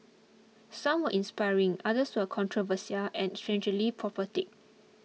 some were inspiring others were controversial and strangely prophetic